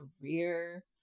career